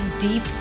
deep